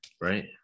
right